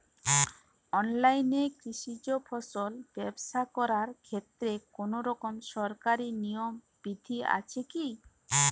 অনলাইনে কৃষিজ ফসল ব্যবসা করার ক্ষেত্রে কোনরকম সরকারি নিয়ম বিধি আছে কি?